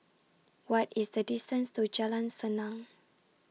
What IS The distance to Jalan Senang